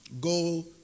go